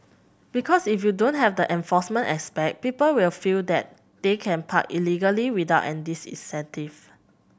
because if you don't have the enforcement aspect people will feel that they can park illegally without any disincentive